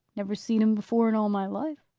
never see him before in all my life.